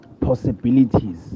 possibilities